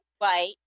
Right